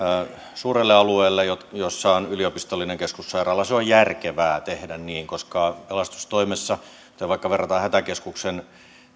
suurelle alueelle joilla on yliopistollinen keskussairaala se on järkevää tehdä niin koska pelastustoimessa jota vaikka verrataan hätäkeskuksen